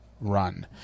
Run